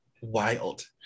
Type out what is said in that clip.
wild